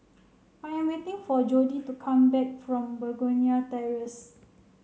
I am waiting for Jodie to come back from Begonia Terrace